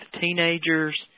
teenagers